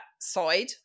side